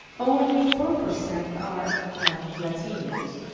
only four percent are latinos,